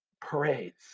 Parades